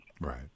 Right